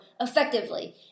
effectively